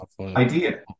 idea